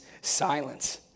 silence